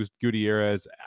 gutierrez